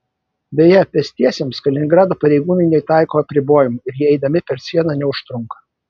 beje pėstiesiems kaliningrado pareigūnai netaiko apribojimų ir jie eidami per sieną neužtrunka